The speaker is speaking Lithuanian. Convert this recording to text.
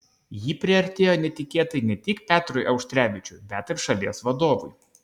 ji priartėjo netikėtai ne tik petrui auštrevičiui bet ir šalies vadovui